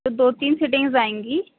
دو تین سٹنگس آئیں گی